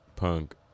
Punk